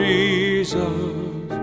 Jesus